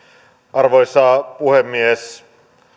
arvoisa puhemies